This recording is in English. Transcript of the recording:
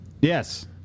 Yes